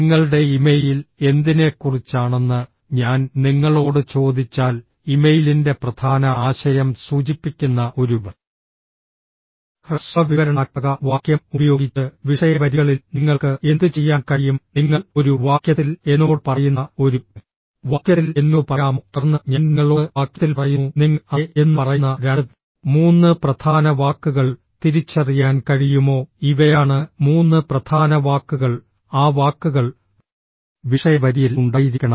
നിങ്ങളുടെ ഇമെയിൽ എന്തിനെക്കുറിച്ചാണെന്ന് ഞാൻ നിങ്ങളോട് ചോദിച്ചാൽ ഇമെയിലിന്റെ പ്രധാന ആശയം സൂചിപ്പിക്കുന്ന ഒരു ഹ്രസ്വ വിവരണാത്മക വാക്യം ഉപയോഗിച്ച് വിഷയ വരികളിൽ നിങ്ങൾക്ക് എന്തുചെയ്യാൻ കഴിയും നിങ്ങൾ ഒരു വാക്യത്തിൽ എന്നോട് പറയുന്ന ഒരു വാക്യത്തിൽ എന്നോട് പറയാമോ തുടർന്ന് ഞാൻ നിങ്ങളോട് വാക്യത്തിൽ പറയുന്നു നിങ്ങൾ അതെ എന്ന് പറയുന്ന രണ്ട് മൂന്ന് പ്രധാന വാക്കുകൾ തിരിച്ചറിയാൻ കഴിയുമോ ഇവയാണ് മൂന്ന് പ്രധാന വാക്കുകൾ ആ വാക്കുകൾ വിഷയ വരിയിൽ ഉണ്ടായിരിക്കണം